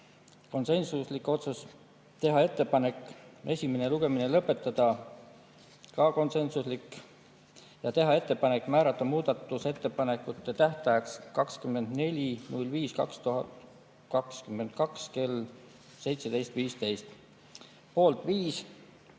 (konsensuslik otsus); teha ettepanek esimene lugemine lõpetada (samuti konsensuslik) ja teha ettepanek määrata muudatusettepanekute tähtajaks 24. mai 2022 kell 17.15